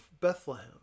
Bethlehem